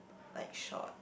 like shot